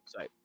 website